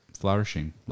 Flourishing